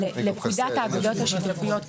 לפקודת האגודות השיתופיות.